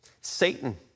Satan